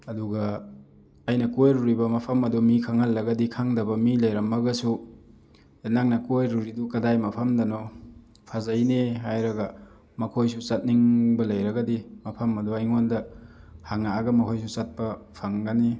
ꯑꯗꯨꯒ ꯑꯩꯅ ꯀꯣꯏꯔꯨꯔꯤꯕ ꯃꯐꯝ ꯑꯗꯨ ꯃꯤ ꯈꯪꯍꯜꯂꯒꯗꯤ ꯈꯪꯗꯕ ꯃꯤ ꯂꯩꯔꯝꯃꯒꯁꯨ ꯅꯪꯅ ꯀꯣꯏꯔꯨꯔꯤꯗꯨ ꯀꯗꯥꯏ ꯃꯐꯝꯗꯅꯣ ꯐꯖꯩꯅꯦ ꯍꯥꯏꯔꯒ ꯃꯈꯣꯏꯁꯨ ꯆꯠꯅꯤꯡꯕ ꯂꯩꯔꯒꯗꯤ ꯃꯐꯝ ꯑꯗꯨ ꯑꯩꯉꯣꯟꯗ ꯍꯪꯉꯛꯑꯒ ꯃꯈꯣꯏꯁꯨ ꯆꯠꯄ ꯐꯪꯒꯅꯤ